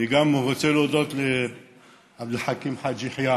וגם אני רוצה להודות לעבד אל חכים חאג' יחיא,